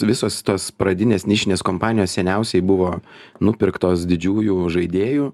visos tos pradinės nišinės kompanijos seniausiai buvo nupirktos didžiųjų žaidėjų